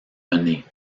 menées